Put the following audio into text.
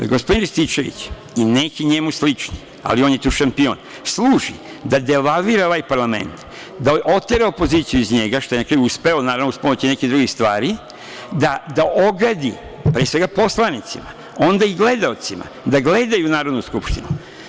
Gospodine Rističević i neki njemu slični, ali on je tu šampion, služi da devalvira ovaj parlament, da otera opoziciju iz njega, što je na kraju uspeo, naravno uz pomoć i nekih drugih stvari, da ogadi, pre svega poslanicima, onda i gledaocima, da gledaju Narodnu skupštinu.